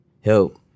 help